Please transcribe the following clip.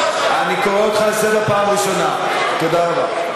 תודה רבה.